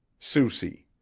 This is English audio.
soucy